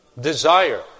Desire